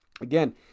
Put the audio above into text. Again